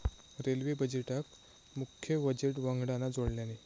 railway बजेटका मुख्य budget वंगडान जोडल्यानी